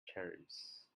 cherries